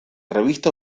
revista